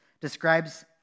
describes